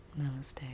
Namaste